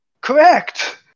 Correct